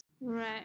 right